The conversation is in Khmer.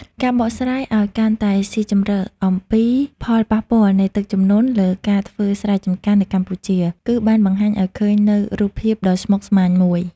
ការបកស្រាយឱ្យកាន់តែស៊ីជម្រៅអំពីផលប៉ះពាល់នៃទឹកជំនន់លើការធ្វើស្រែចម្ការនៅកម្ពុជា គឺបានបង្ហាញឱ្យឃើញនូវរូបភាពដ៏ស្មុគស្មាញមួយ។